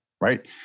Right